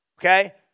Okay